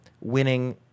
winning